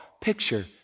picture